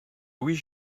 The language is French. louis